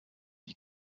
die